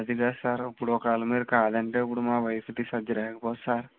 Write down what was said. అదికాదు సార్ ఇప్పుడు ఒకవేళ మీరు ఇప్పుడు కాదంటే మా వైఫ్కి సర్జరీ ఆగిపోద్ది సార్